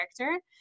character